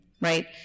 right